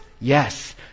Yes